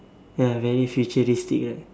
ya very futuristic right